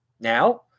Now